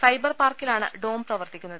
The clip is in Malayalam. സൈബർപാർക്കിലാണ് ഡോം പ്രവർത്തിക്കുന്നത്